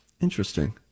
Interesting